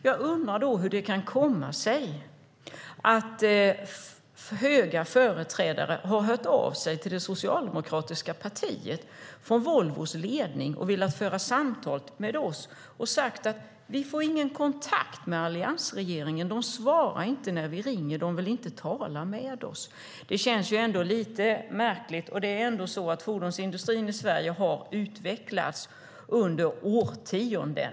Jag undrar hur det kan komma sig att höga företrädare för Volvos ledning har hört av sig till det socialdemokratiska partiet och velat föra samtal med oss. De har sagt: Vi får ingen kontakt med alliansregeringen. De svarar inte när vi ringer och vill inte tala med oss. Det känns lite märkligt. Fordonsindustrin i Sverige har ändå utvecklats under årtionden.